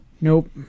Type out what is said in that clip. Nope